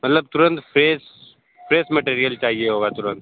मतलब तुरंत fresh fresh material चाहिए होगा तुरंत